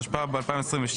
התשפ"ב-2022,